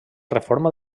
reforma